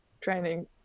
training